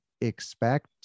expect